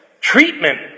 Treatment